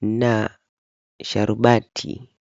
na sharobati.